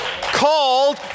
called